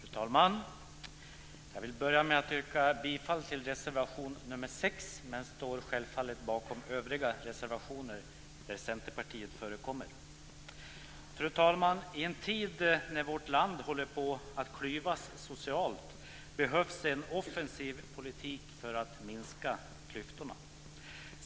Fru talman! Jag vill börja med att yrka bifall till reservation nr 6. Jag står självfallet bakom även övriga reservationer där Centerpartiet förekommer. Fru talman! I en tid när vårt land håller på att klyvas socialt behövs en offensiv politik för att minska klyftorna.